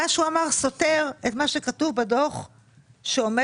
מה שהוא אמר סותר את מה שכתוב בדוח הירש,